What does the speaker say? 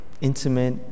intimate